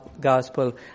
gospel